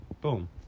boom